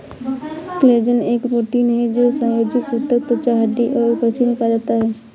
collagen एक protein है जो संयोजी ऊतक, त्वचा, हड्डी और उपास्थि में पाया जाता है